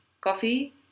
coffee